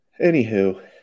anywho